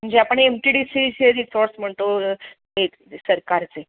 म्हणजे आपण M T D सीचे रिसॉर्ट्स म्हणतो ते सरकारचे